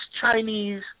Chinese